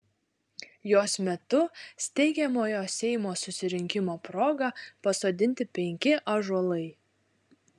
jos metu steigiamojo seimo susirinkimo proga pasodinti penki ąžuolai